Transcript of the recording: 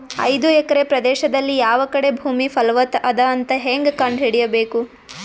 ಐದು ಎಕರೆ ಪ್ರದೇಶದಲ್ಲಿ ಯಾವ ಕಡೆ ಭೂಮಿ ಫಲವತ ಅದ ಅಂತ ಹೇಂಗ ಕಂಡ ಹಿಡಿಯಬೇಕು?